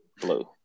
blue